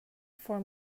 for